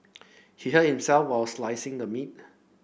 he hurt himself while slicing the meat